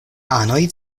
anoj